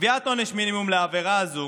קביעת עונש מינימום לעבירה הזאת